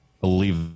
believe